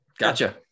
Gotcha